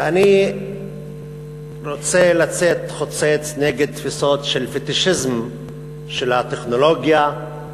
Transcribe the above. אני רוצה לצאת חוצץ נגד תפיסות של פטישיזם של הטכנולוגיה.